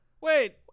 Wait